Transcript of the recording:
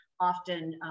often